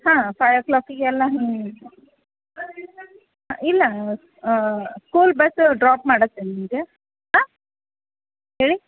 ಹಾಂ ಫೈವ್ ಓ ಕ್ಲಾಕಿಗೆಲ್ಲ ಇಲ್ಲ ಸ್ಕೂಲ್ ಬಸ್ ಡ್ರಾಪ್ ಮಾಡುತ್ತೆ ನಿಮಗೆ ಹಾಂ ಹೇಳಿ